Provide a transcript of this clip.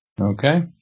okay